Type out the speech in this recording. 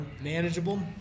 manageable